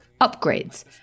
upgrades